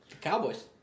Cowboys